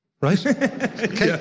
right